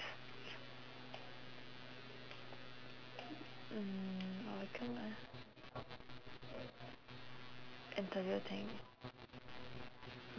mm well interview thing